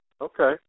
Okay